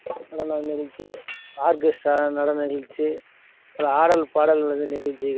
நடன நிகழ்ச்சி ஆர்கெஸ்ட்டா நடன நிகழ்ச்சி அப்புறம் ஆடல் பாடல் நிகழ்ச்சிகள்